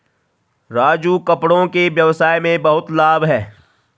राजू कपड़ों के व्यवसाय में बहुत लाभ है